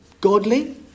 godly